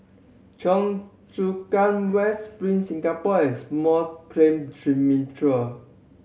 Chu Kang West Spring Singapore and Small Claim